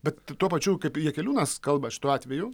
bet tuo pačiu kaip jakeliūnas kalba šituo atveju